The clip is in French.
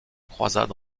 croisade